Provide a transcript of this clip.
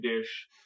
dish